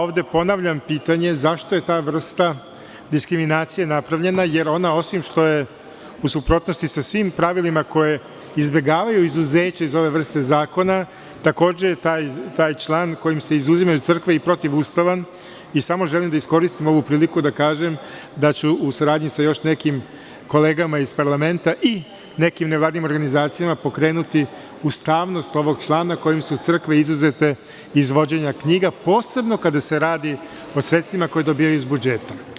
Ovde ponavljam pitanje, zašto je ta vrsta diskriminacije napravljena, jer ona osim što je u suprotnosti sa svim pravilima koja izbegavaju izuzeće iz ove vrste zakona, takođe je taj član kojim se izuzimaju crkve i protivustavan i samo želim da iskoristim ovu priliku i da kažem da ću u saradnji sa još nekim kolegama iz parlamenta i nekim nevladinim organizacijama pokrenuti ustavnost ovog člana kojim su crkve izuzete iz vođenja knjiga, posebno kada se radi o sredstvima koja dobijaju iz budžeta.